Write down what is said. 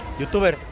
Youtuber